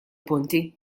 punti